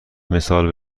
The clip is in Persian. مثال